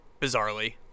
bizarrely